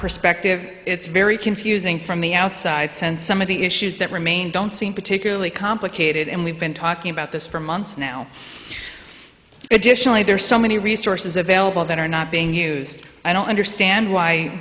perspective it's very confusing from the outside sense some of the issues that remain don't seem particularly complicated and we've been talking about this for months now additionally there are so many resources available that are not being used i don't understand why